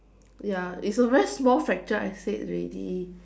ya it's a very small fracture I said already